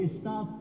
stop